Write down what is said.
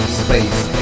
space